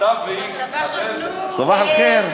סבאח אל-נור.